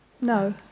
No